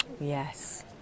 Yes